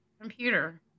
computer